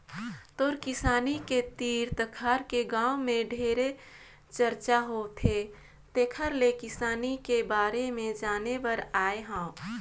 तोर किसानी के तीर तखार के गांव में ढेरे चरचा होवथे तेकर ले किसानी के बारे में जाने बर आये हंव